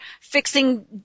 fixing